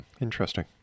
Interesting